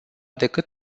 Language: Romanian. decât